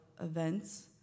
events